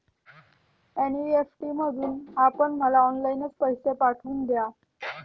NEFT मधून आपण मला ऑनलाईनच पैसे पाठवून द्या